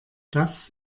das